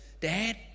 Dad